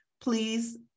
Please